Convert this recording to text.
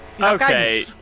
Okay